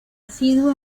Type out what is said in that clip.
asiduo